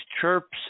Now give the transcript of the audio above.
chirps